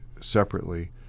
separately